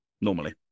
normally